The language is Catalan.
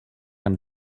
han